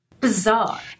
bizarre